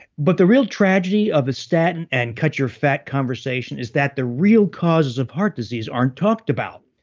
but the real tragedy of a statin and cut your fat conversation is that the real causes of heart disease aren't talked about,